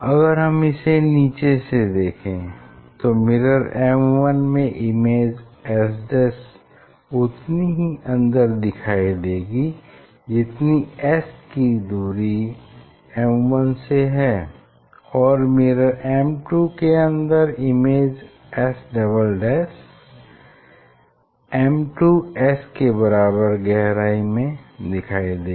अगर हम इसे नीचे से देखेंगे तो मिरर M1 में इमेज S उतनी ही अंदर दिखाई देगी जितनी S की दूरी M1 से है और मिरर M2 के अन्दर इमेज S M2S के बराबर गहराई में दिखेगी